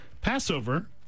passover